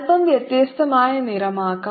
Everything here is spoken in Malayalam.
അല്പം വ്യത്യസ്തമായ നിറമാക്കാം